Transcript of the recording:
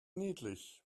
niedlich